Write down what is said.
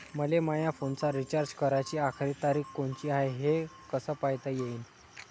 मले माया फोनचा रिचार्ज कराची आखरी तारीख कोनची हाय, हे कस पायता येईन?